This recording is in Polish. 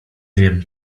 wiem